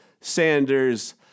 Sanders